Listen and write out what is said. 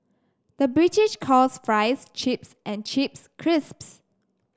the British calls fries chips and chips crisps